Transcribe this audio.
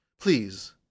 Please